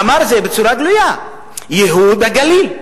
אמר את זה בצורה גלויה: ייהוד הגליל.